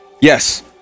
Yes